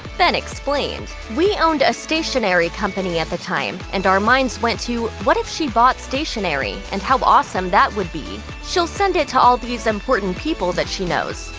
ben explained, we owned a stationery company at the time, and our minds went to, what if she bought stationery, and how awesome that would be. she'll send it to all these important people that she knows.